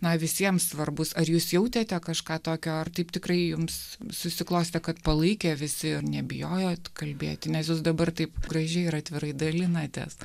na visiems svarbus ar jūs jautėte kažką tokio ar taip tikrai jums susiklostė kad palaikė visi ir nebijojo kalbėti nes jūs dabar taip gražiai ir atvirai dalinatės